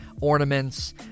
ornaments